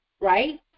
right